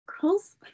girls